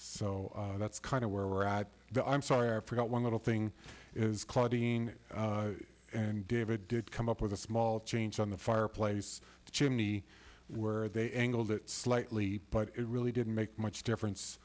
so that's kind of where we're at the i'm sorry i forgot one little thing is claudine and david did come up with a small change on the fireplace chimney where they angled it slightly but it really didn't make much difference